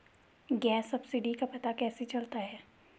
Gas subsidy का पता कैसे चलता है?